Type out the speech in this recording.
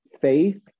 faith